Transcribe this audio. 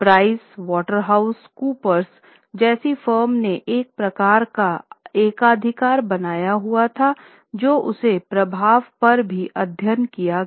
price Waterhouse Coopers जैसी फर्मों ने एक प्रकार का एकाधिकार बनाया हुआ था तो उसके प्रभाव पर भी अध्ययन किया गया